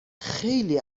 خیلی